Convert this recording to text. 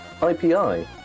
IPI